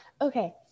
Okay